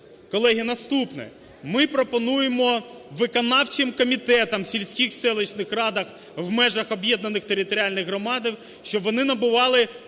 Колеги, наступне. Ми пропонуємо виконавчим комітетам в сільських, селищних радах в межах об'єднаних територіальних громад, щоб вони набували